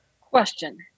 Question